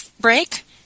break